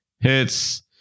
hits